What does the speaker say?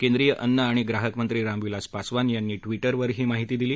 केंद्रीय अन्न आणि ग्राहकमंत्री रामविलास पासवान यांनी ट्विटरवर ही माहिती दिली